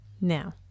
Now